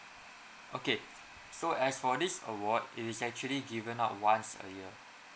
okay so as for this award it is actually given out once a year